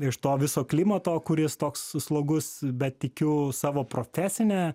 iš to viso klimato kuris toks slogus bet tikiu savo profesine